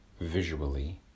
visually